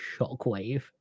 shockwave